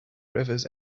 rivers